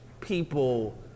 people